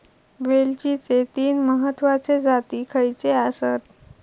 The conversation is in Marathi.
वेलचीचे तीन महत्वाचे जाती खयचे आसत?